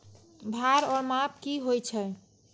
भार ओर माप की होय छै?